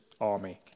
army